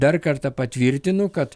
dar kartą patvirtinu kad